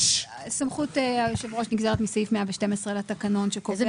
סמכות היושב-ראש נגזרת מסעיף 112 לתקנון, שקובע